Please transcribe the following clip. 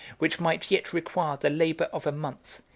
which might yet require the labor of a month,